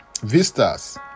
vistas